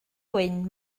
gwyn